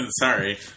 Sorry